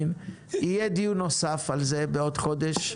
יהיה דיון נוסף על זה בעוד חודש.